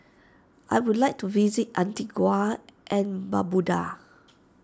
I would like to visit Antigua and Barbuda